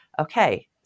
okay